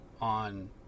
on